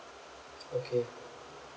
okay